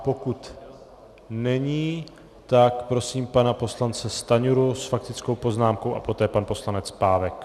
Pokud není, tak prosím pana poslance Stanjuru s faktickou poznámkou a poté pan poslanec Pávek.